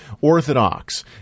Orthodox